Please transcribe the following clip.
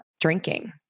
drinking